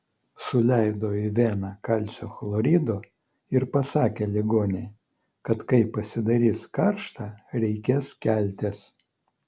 suleido į veną kalcio chlorido ir pasakė ligonei kad kai pasidarys karšta reikės keltis